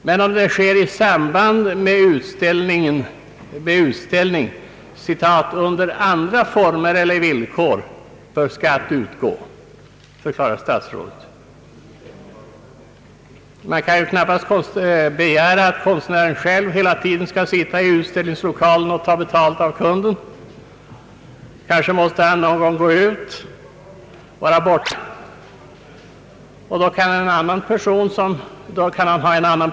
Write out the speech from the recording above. Men om den sker i samband med utställning »under andra former eller villkor», bör skatt utgå, förklarar statsrådet. Man kan ju knappast begära att konstnären själv hela tiden skall sitta i utställningslokalen och ta betalt av kunden. Kanske måste han någon gång gå ut, vara borta några timmar, och då kan han ha en annan person som visar utställningen och tar upp betalningen. Skall då skatt utgå eller inte?